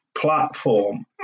platform